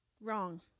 Wrong